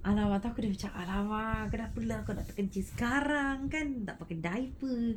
!alamak! then aku macam !alamak! kau dah pulang kau nak terkencing sekarang kan tak pakai diaper